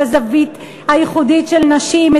את הזווית הייחודית של נשים,